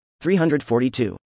342